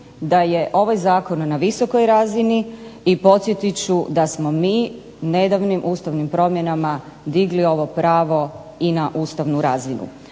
da je ovaj zakon na visokoj razini i podsjetit ću da smo mi nedavnim ustavnim promjenama digli ovo pravo i na ustavnu razinu.